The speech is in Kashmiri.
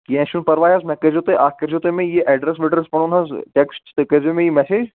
کیٚنٛہہ چھُنہٕ پرواے حظ مےٚ کٔرۍزیٚو تُہۍ اَکھ کٔرۍزیٚو تُہۍ مےٚ یہِ ایٚڈرَس ویٚڈرَس پَنُن حظ ٹیکٕسٹ تُہۍ کٔۍزیٚو مےٚ یہِ میٚسیج